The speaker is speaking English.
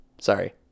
sorry